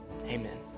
amen